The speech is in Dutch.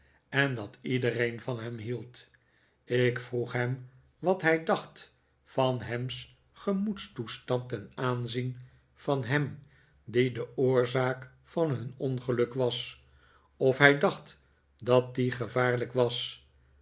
en dat iedereen van hem hield ik vroeg hem wat hij dacht van ham's gemoedstoestand ten aanzien van hem die de oorzaak van hun ongeluk was of hij dacht dat die gevaarlijk was